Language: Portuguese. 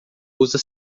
usa